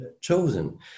chosen